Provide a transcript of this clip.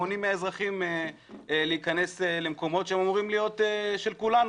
מונעים מאזרחים להיכנס למקומות שהם אמורים להיות של כולנו.